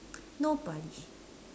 no polish